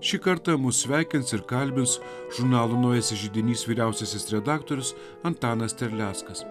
šį kartą mus sveikins ir kalbins žurnalo naujasis židinys vyriausiasis redaktorius antanas terleckas